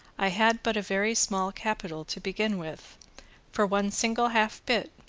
i had but a very small capital to begin with for one single half bit,